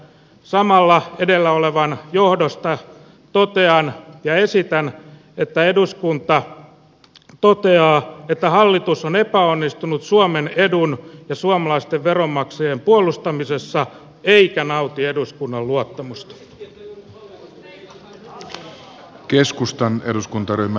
eduskunta ei hyväksy kreikka tukipakettia ja toteaa että hallitus on epäonnistunut suomen edun ja suomalaisten veronmaksajien puolustamisessa eikä nauti eduskunnan luottamusta